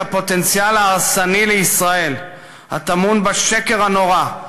הפוטנציאל ההרסני לישראל הטמון בשקר הנורא,